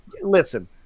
listen